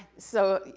so,